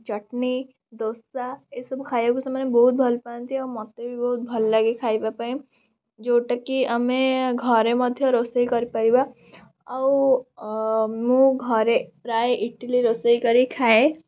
ଚଟ୍ନୀ ଦୋଷା ଏସବୁ ଖାଇବାକୁ ସେମାନେ ବହୁତ ଭଲପାଆନ୍ତି ଆଉ ମୋତେ ବି ବହୁତ ଭଲ ଲାଗେ ଖାଇବା ପାଇଁ ଯେଉଁଟାକି ଆମେ ଘରେ ମଧ୍ୟ ରୋଷେଇ କରିପାରିବା ଆଉ ମୁଁ ଘରେ ପ୍ରାୟ ଇଟ୍ଲି ରୋଷେଇ କରିକି ଖାଏ